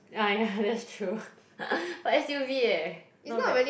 ya ya that's true but s_u_v eh not bad